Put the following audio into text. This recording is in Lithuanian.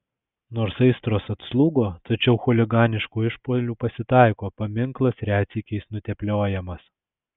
nors aistros atslūgo tačiau chuliganiškų išpuolių pasitaiko paminklas retsykiais nutepliojamas